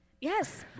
yes